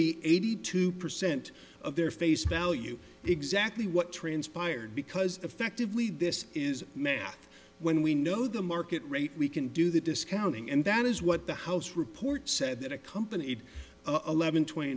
be eighty two percent of their face value exactly what transpired because effectively this is math when we know the market rate we can do the discounting and that is what the house report said that accompanied a level twenty